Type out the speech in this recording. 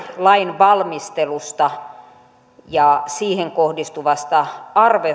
lain valmistelusta ja siihen kohdistuvasta